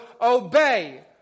obey